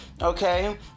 Okay